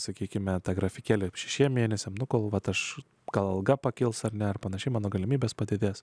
sakykime ta grafike šešiems mėnesiams nuo kol vat aš gal alga pakils ar ne ar panašiai mano galimybės padidės